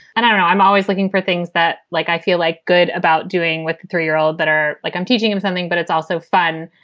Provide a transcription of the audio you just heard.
and i know i'm always looking for things that, like i feel like good about doing what the three year old but are like. i'm teaching them something, but it's also fun.